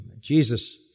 Jesus